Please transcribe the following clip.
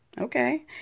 Okay